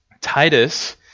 Titus